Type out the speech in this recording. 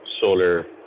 solar